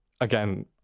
again